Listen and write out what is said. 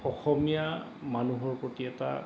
অসমীয়া মানুহৰ প্ৰতি এটা